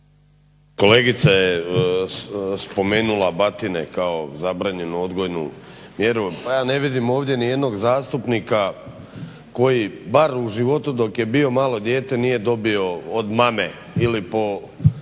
Kolegica je spomenula batine kao zabranjenu odgojnu mjeru. Pa ja ne vidim ovdje ni jednog zastupnika koji bar u životu dok je bio malo dijete nije dobio od mame ili po